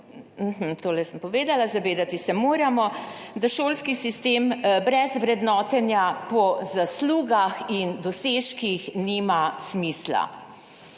telesno aktivni. Zavedati se moramo, da šolski sistem brez vrednotenja po zaslugah in dosežkih nima smisla.